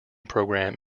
program